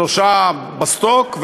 שלושה בסטוק,